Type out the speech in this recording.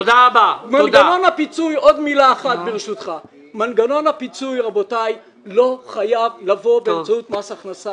מנגנון הפיצוי לא חייב לבוא באמצעות מס הכנסה.